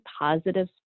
positive